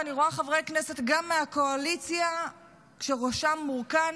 ואני רואה חברי כנסת גם מהקואליציה כשראשם מורכן,